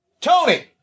Tony